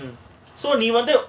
mmhmm so do you wanted